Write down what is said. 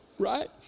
right